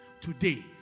Today